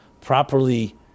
properly